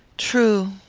true.